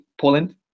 Poland